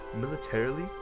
militarily